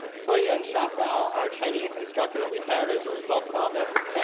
so hsiao-yun shotwell, our chinese instructor that we hired as a result of all this,